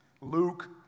Luke